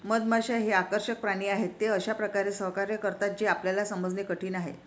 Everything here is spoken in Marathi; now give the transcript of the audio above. मधमाश्या हे आकर्षक प्राणी आहेत, ते अशा प्रकारे सहकार्य करतात जे आपल्याला समजणे कठीण आहे